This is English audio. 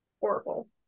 Horrible